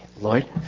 Lloyd